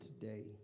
today